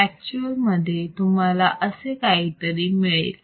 actual मध्ये तुम्हाला असे काहीतरी मिळेल